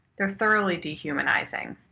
they're thoroughly dehumanizing.